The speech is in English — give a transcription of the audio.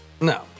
No